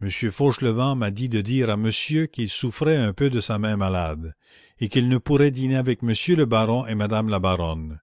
monsieur fauchelevent m'a dit de dire à monsieur qu'il souffrait un peu de sa main malade et qu'il ne pourrait dîner avec monsieur le baron et madame la baronne